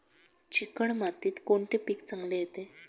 Chicken मातीत कोणते पीक चांगले येते?